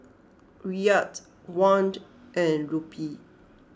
Riyal Won and Rupee